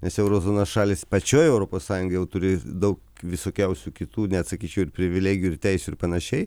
nes euro zonos šalys pačioj europos sąjungoj jau turi daug visokiausių kitų net sakyčiau ir privilegijų ir teisių ir panašiai